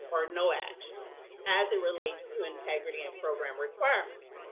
or no actions as it relates to integrity and program requirements.